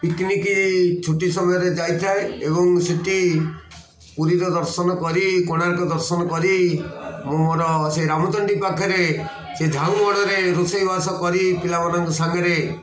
ପିକନିକି ଛୁଟି ସମୟରେ ଯାଇଥାଏ ଏବଂ ସେଇଠି ପୁରୀର ଦର୍ଶନ କରି କୋଣାର୍କ ଦର୍ଶନ କରି ମୋର ସେ ରାମଚଣ୍ଡୀ ପାଖରେ ସେ ଝାଉଁ ବଣରେ ରୋଷେଇବାସ କରି ପିଲାମାନଙ୍କ ସାଙ୍ଗରେ